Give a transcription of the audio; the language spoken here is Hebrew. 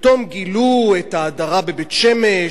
פתאום גילו את ההדרה בבית-שמש,